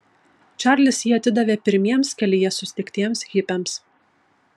čarlis jį atidavė pirmiems kelyje sutiktiems hipiams